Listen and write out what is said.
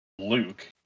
Luke